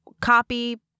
copy